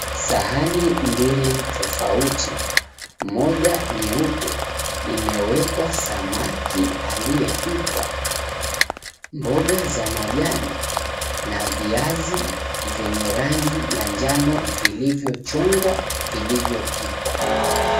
Sahani mbili tofauti. Moja nyeupe imewekwa samaki aliyepikwa, mboga za majani na viazi vyenye rangi ya njano vilivyochongwa, vilivyopikwa.